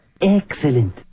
Excellent